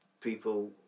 People